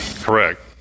Correct